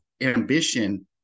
ambition